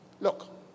look